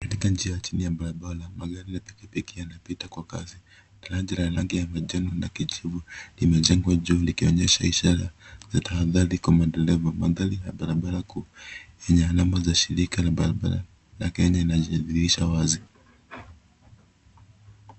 Katika njia chini ya barabara, magari na pikipiki yanapita kwa kasi. Daraja la rangi ya manjano na kijivu, limejengwa juu likionyesha ishara za tahadhari kwa madereva. Mandhari ya barabara kuu yenye alama za shirika la barabara la KENHA, inajidhihirisha wazi.